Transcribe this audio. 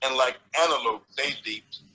and like antelope they leaped,